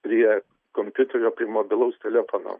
prie kompiuterio prie mobilaus telefono